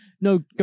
no